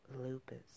lupus